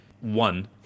one